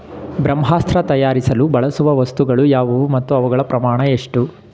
ಬ್ರಹ್ಮಾಸ್ತ್ರ ತಯಾರಿಸಲು ಬಳಸುವ ವಸ್ತುಗಳು ಯಾವುವು ಮತ್ತು ಅವುಗಳ ಪ್ರಮಾಣ ಎಷ್ಟು?